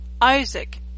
Isaac